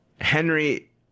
Henry